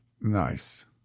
Nice